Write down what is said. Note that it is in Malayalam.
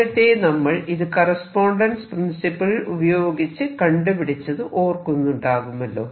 നേരത്തെ നമ്മൾ ഇത് കറസ്പോണ്ടൻസ് പ്രിൻസിപ്പിൾ ഉപയോഗിച്ച് കണ്ടുപിടിച്ചത് ഓർക്കുന്നുണ്ടാകുമല്ലോ